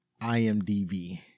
IMDb